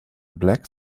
black